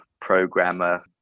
programmer